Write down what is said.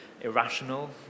irrational